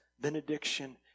benediction